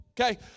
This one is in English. Okay